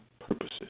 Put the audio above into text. purposes